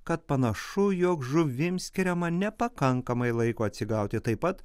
kad panašu jog žuvims skiriama nepakankamai laiko atsigauti taip pat